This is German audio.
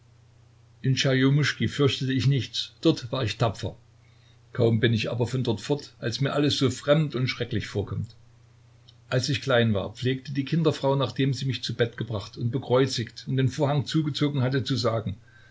in tscherjomuschki fürchtete ich nichts dort war ich tapfer kaum bin ich aber von dort fort als mir alles so fremd und schrecklich vorkommt als ich klein war pflegte die kinderfrau nachdem sie mich zu bett gebracht und bekreuzigt und den vorhang zugezogen hatte zu sagen